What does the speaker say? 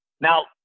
Now